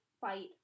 fight